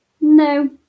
no